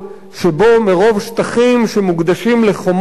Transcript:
שבו מרוב שטחים שמוקדשים לחומות,